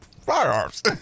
Firearms